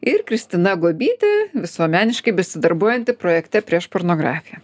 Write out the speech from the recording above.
ir kristina gobytė visuomeniškai besidarbuojanti projekte prieš pornografiją